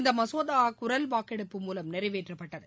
இந்த மசோதா குரல் வாக்கெடுப்பு மூலம் நிறைவேற்றப்பட்டது